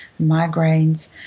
migraines